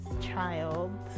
child